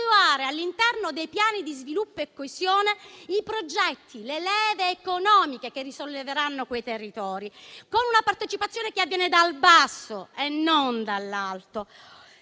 all'interno dei piani di sviluppo e coesione, i progetti e le leve economiche che risolleveranno quei territori, con una partecipazione che avviene dal basso e non dall'alto.